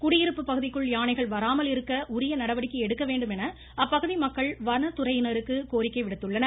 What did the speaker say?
குடியிருப்பு பகுதிக்குள் யானைகள் வராமல் இருக்க உரிய நடவடி்ககை எடுக்க வேண்டுமென அப்பகுதி மக்கள் வனத்துறையினருக்கு கோரிக்கை விடுத்துள்ளனர்